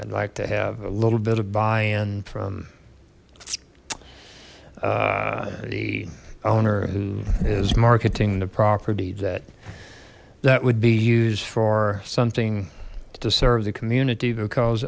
i'd like to have a little bit of buy in from the owner who is marketing the property that that would be used for something to serve the community because